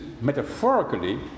metaphorically